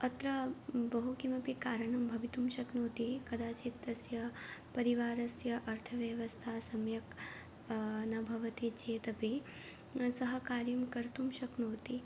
अत्र बहु किमपि कारणं भवितुं शक्नोति कदाचित् तस्य परिवारस्य अर्थव्यवस्था सम्यक् न भवति चेदपि सः कार्यं कर्तुं शक्नोति